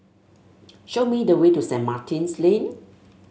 show me the way to Saint Martin's Lane